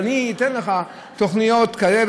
אני אתן לך תוכניות כאלה.